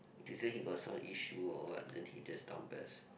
he say he got some issue or what then he just down pes